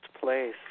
place